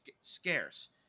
scarce